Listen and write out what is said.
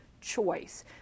choice